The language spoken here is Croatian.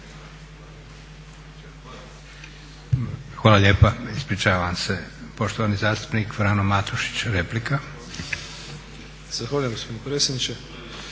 Hvala lijepa. Ispričavam se. Poštovani zastupnik Frano Matušić, replika. **Matušić, Frano (HDZ)**